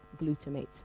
glutamate